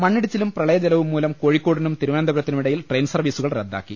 മണ്ണിടിച്ചിലും പ്രളയജലവുംമൂലം കോഴിക്കോടിനും തിരു വനന്തപുരത്തിനുമിടയിൽ ട്രെയിൻ സർവ്വീസുകൾ റദ്ദാക്കി